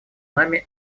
нами